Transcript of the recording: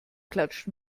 klatscht